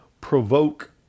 provoke